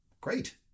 Great